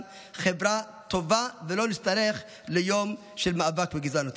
חברה טובה ולא נצטרך ליום של מאבק בגזענות.